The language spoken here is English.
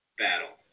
battle